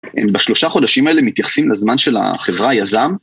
בשלושה חודשים האלה מתייחסים לזמן של החברה היזם.